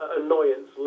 annoyance